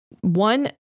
One